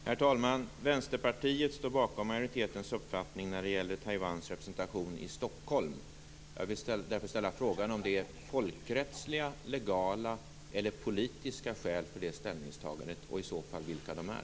Herr talman! Vänsterpartiet står bakom majoritetens uppfattning när det gäller Taiwans representation i Stockholm. Jag vill därför ställa frågan om det är folkrättsliga, legala eller politiska skäl för det ställningstagandet och i så fall vilka de är.